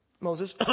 Moses